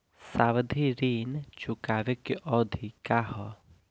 सावधि ऋण चुकावे के अवधि का ह?